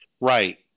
Right